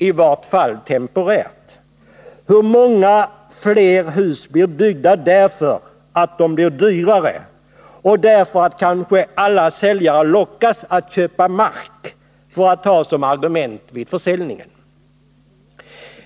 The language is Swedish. ”i vart fall temporärt”. Hur många fler hus blir byggda, därför att de blir dyrare eller därför att kanske alla säljare lockas att köpa mark för att ha denna som argument vid försäljningen?